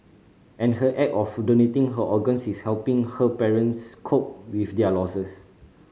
and her act of donating her organs is helping her parents cope with their losses